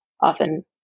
often